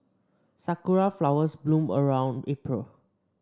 sakura flowers bloom around April